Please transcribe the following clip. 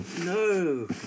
No